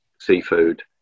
seafood